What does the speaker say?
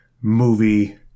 movie